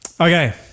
Okay